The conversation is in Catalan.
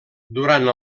durant